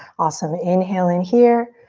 awesome, inhale in here.